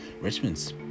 Richmond